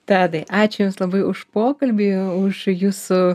tadai ačiū jums labai už pokalbį už jūsų